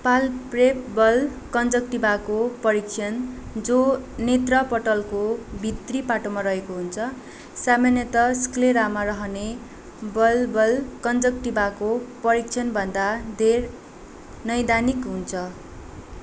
palpebral कन्जङ्टिभाको परिक्षण जो नेत्रपटलको भित्री पाटोमा रहेको हुन्छ सामान्यत स्क्लेरामा रहने बल्बल कन्जङ्टिभाको परिक्षण भन्दा धेर नै दैनिक हुन्छ